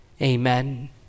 Amen